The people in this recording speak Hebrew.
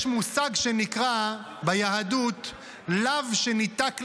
יש מושג ביהדות שנקרא